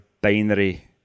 binary